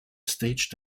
stage